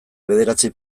bederatzi